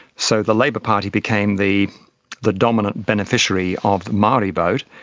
so the labour party became the the dominant beneficiary of the maori vote.